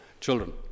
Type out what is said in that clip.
children